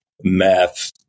math